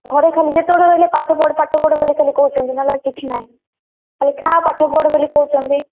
ଘରେ ଖାଲି ଯେତେବେଳେ ରହିଲେ ପାଠ ପଢ଼ ପାଠ ପଢ଼ ବୋଲି ଖାଲି କହୁଛନ୍ତି ନହେଲେ ଆଉ କିଛି ନାହିଁ ଖାଲି ଖା ପାଠ ପଢ଼ା ବୋଲି କହୁଛନ୍ତି